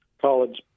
college